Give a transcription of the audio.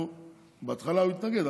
בהתחלה הוא התנגד.